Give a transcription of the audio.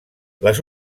les